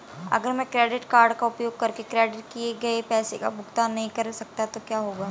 अगर मैं credit card का उपयोग करके क्रेडिट किए गए पैसे का भुगतान नहीं कर सकता तो क्या होगा?